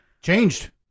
changed